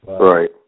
Right